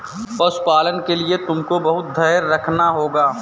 पशुपालन के लिए तुमको बहुत धैर्य रखना होगा